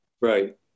Right